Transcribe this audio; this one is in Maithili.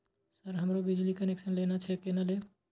सर हमरो बिजली कनेक्सन लेना छे केना लेबे?